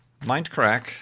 Mindcrack